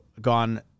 gone